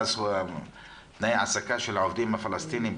כל תנאי ההעסקה של העובדים הפלסטינים,